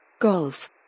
Golf